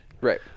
Right